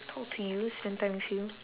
talk to you spend time with you